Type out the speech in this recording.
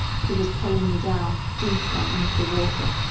he was pulling me down, deeper into the water,